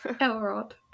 Elrod